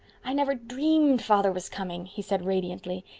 i never dreamed father was coming, he said radiantly.